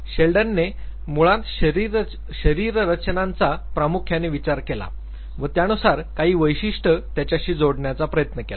शेल्डनने मुळात शरीररचनांचा प्रामुख्याने विचार केला व त्यानुसार काही वैशिष्ट त्याच्याशी जोडण्याचा प्रयत्न केला